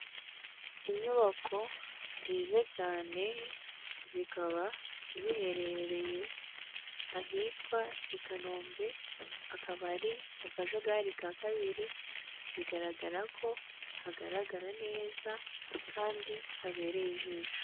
Inyubako nziza cyane zikaba ziherereye ahitwa i Kanombe, akaba ari mu kajagari ka kabiri bigaragarako, hagaragara neza kandi habereye ijisho.